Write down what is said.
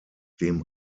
dem